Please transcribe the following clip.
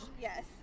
Yes